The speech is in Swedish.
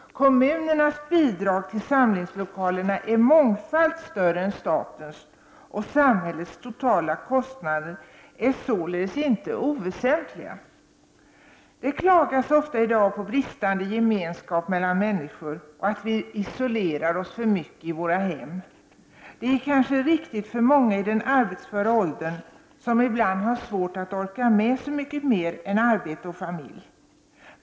Kommunernas bidrag till samlingslokalerna är mångfalt större än statens, och samhällets totala kostnader är således inte oväsentliga. Det klagas ofta i dag på bristande gemenskap mellan människor och att vi isolerar oss för mycket i våra hem. Det är kanske riktigt för många i den arbetsföra åldern som ibland har svårt att orka med så mycket mer än arbete och familj.